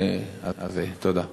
תודה.